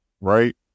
right